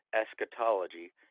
eschatology